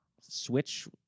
switch